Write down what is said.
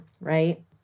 right